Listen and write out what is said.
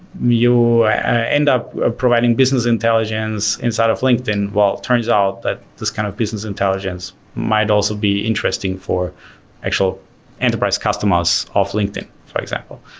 you end up providing business intelligence inside of linkedin. well, it turns out that this kind of business intelligence might also be interesting for actual enterprise customers of linkedin, for example.